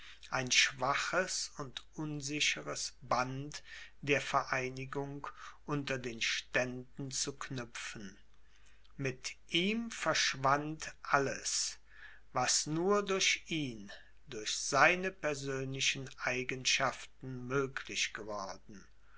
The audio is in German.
ein schwaches und unsicheres band der vereinigung unter den ständen zu knüpfen mit ihm verschwand alles was nur durch ihn durch seine persönlichen eigenschaften möglich geworden